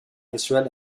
israel